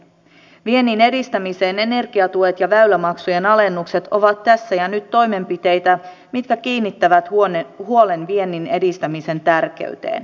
viennin edistämisen energiatuet ja väylämaksujen alennukset ovat tässä ja nyt toimenpiteitä jotka kiinnittävät huolen viennin edistämisen tärkeyteen